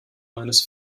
meines